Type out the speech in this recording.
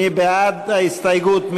מי בעד ההסתייגות?